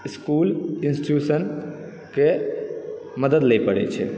इसकुल institution के मदद लय परै छै